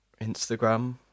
Instagram